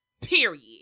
Period